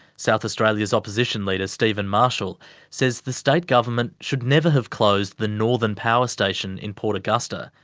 south australia's opposition leader steven marshall says the state government should never have closed the northern power station in port augusta,